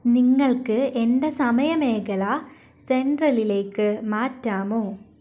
നിങ്ങൾക്ക് എന്റെ സമയ മേഖല സെൻട്രലിലേക്ക് മാറ്റാമോ